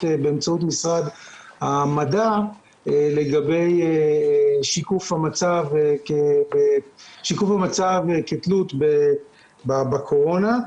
באמצעות משרד המדע לגבי שיקוף המצב כתלות בקורונה.